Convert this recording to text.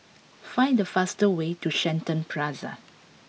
find the fastest way to Shenton Plaza